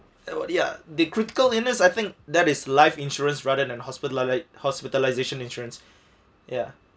ya the critical illness I think that is life insurance rather than hospital hospitalisation insurance ya